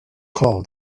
call